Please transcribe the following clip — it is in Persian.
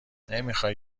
نمیخای